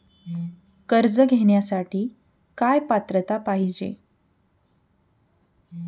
कर्ज घेण्यासाठी काय पात्रता पाहिजे?